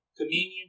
communion